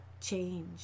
change